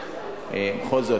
בכל זאת,